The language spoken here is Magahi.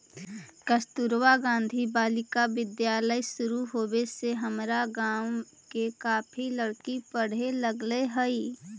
कस्तूरबा गांधी बालिका विद्यालय शुरू होवे से हमर गाँव के काफी लड़की पढ़े लगले हइ